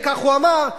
וכך הוא אמר,